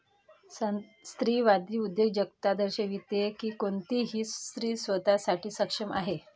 स्त्रीवादी उद्योजकता दर्शविते की कोणतीही स्त्री स्वतः साठी सक्षम आहे